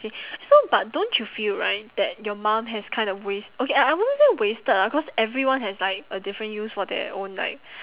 so but don't you feel right that your mum has kind of waste okay I I wouldn't say wasted ah cause everyone has like a different use for their own like